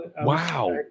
Wow